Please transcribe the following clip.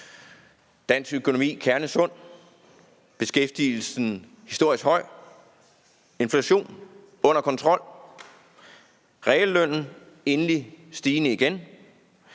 Dansk økonomi er kernesund, beskæftigelsen er historisk høj, inflationen er under kontrol, reallønnen er endelig stigende igen,